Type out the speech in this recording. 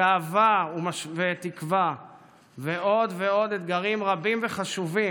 גאווה ותקווה ועוד ועוד אתגרים רבים וחשובים.